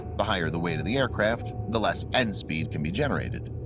the higher the weight of the aircraft the less end speed can be generated.